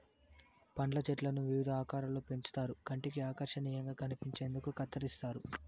పండ్ల చెట్లను వివిధ ఆకారాలలో పెంచుతారు కంటికి ఆకర్శనీయంగా కనిపించేందుకు కత్తిరిస్తారు